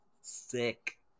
Sick